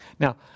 Now